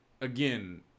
again